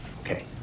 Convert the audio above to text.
Okay